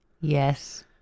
Yes